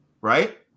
right